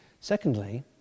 Secondly